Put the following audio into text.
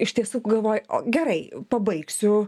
iš tiesų galvoji o gerai pabaigsiu